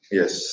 yes